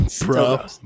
Bro